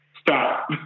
stop